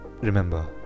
Remember